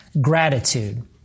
gratitude